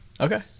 Okay